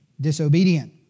disobedient